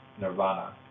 nirvana